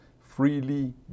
freely